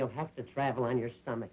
you'll have to travel on your stomach